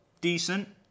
decent